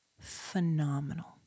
phenomenal